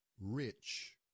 rich